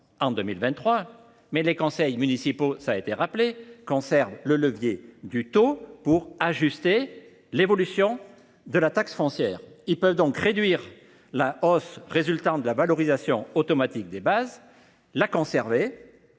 2023 –, mais les conseils municipaux conservent le levier du taux pour ajuster l’évolution de la taxe foncière. Ils peuvent donc réduire la hausse résultant de la revalorisation automatique des bases, la conserver